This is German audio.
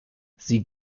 sie